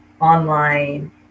online